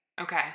Okay